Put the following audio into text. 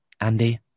andy